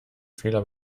fehler